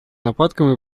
нападкам